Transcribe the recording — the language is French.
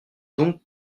donc